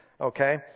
Okay